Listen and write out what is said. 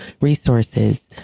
resources